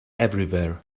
everywhere